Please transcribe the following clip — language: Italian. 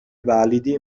validi